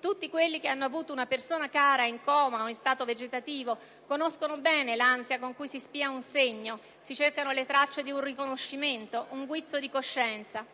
Tutti quelli che hanno avuto una persona cara in coma o in stato vegetativo conoscono bene l'ansia con cui si spia un segno, si cercano le tracce di un riconoscimento, un guizzo di coscienza;